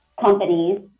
companies